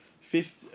fifth